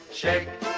shake